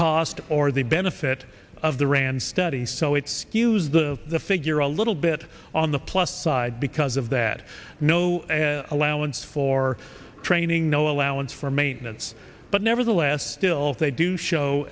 cost or the benefit of the rand study so it's use the figure a little bit on the plus side because of that no allowance for training no allowance for maintenance but nevertheless still they do show